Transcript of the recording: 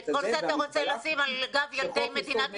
את כל זה אתה רוצה לשים על גב ילדי מדינת ישראל?